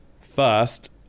first